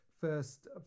first